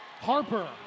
Harper